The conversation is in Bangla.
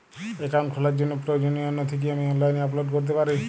অ্যাকাউন্ট খোলার জন্য প্রয়োজনীয় নথি কি আমি অনলাইনে আপলোড করতে পারি?